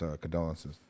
condolences